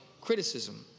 criticism